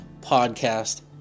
podcast